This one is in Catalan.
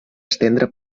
estendre